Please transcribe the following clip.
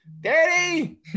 Daddy